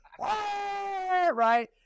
right